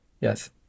Yes